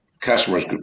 customers